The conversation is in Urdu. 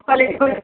خالی دو